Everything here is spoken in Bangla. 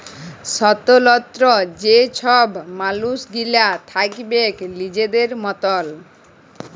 স্বতলত্র যে ছব মালুস গিলা থ্যাকবেক লিজের মতল